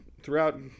throughout